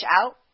out